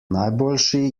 najboljši